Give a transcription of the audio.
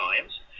times